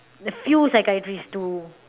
a few psychiatrist to